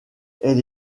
elle